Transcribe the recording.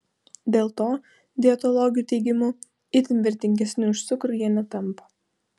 dėl to dietologių teigimu itin vertingesni už cukrų jie netampa